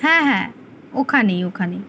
হ্যাঁ হ্যাঁ ওখানেই ওখানেই